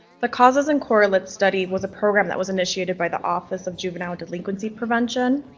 the causes and correlates study was a program that was initiated by the office of juvenile delinquency prevention.